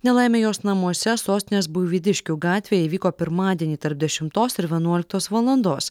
nelaimė jos namuose sostinės buivydiškių gatvėje įvyko pirmadienį tarp dešimtos ir vienuoliktos valandos